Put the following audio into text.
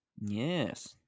Yes